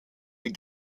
die